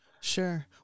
Sure